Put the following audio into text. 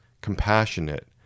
compassionate